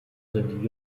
sind